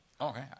okay